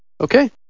Okay